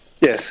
Yes